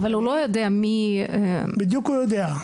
אבל הוא לא יודע מי -- בדיוק הוא יודע.